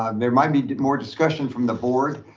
um there might be more discussion from the board,